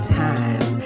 time